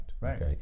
Right